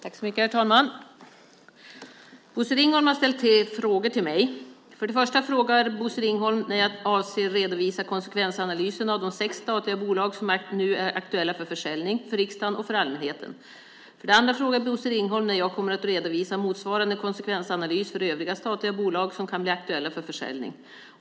Herr talman! Bosse Ringholm har ställt tre frågor till mig. För det första frågar Bosse Ringholm när jag avser att redovisa konsekvensanalysen av de sex statliga bolag som är aktuella för försäljning för riksdagen och allmänheten. För det andra frågar Bosse Ringholm när jag kommer att redovisa motsvarande konsekvensanalys för övriga statliga bolag som kan bli aktuella för försäljning.